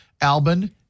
Albin